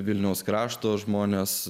vilniaus krašto žmonės